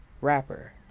Rapper